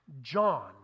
John